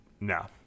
No